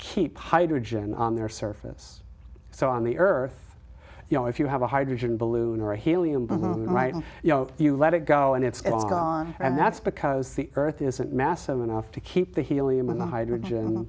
keep hydrogen on their surface so on the earth you know if you have a hydrogen balloon or a helium balloon right you know you let it go and it's caught on and that's because the earth isn't massive enough to keep the helium in the hydrogen